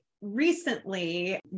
recently